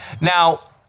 Now